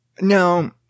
Now